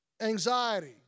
anxiety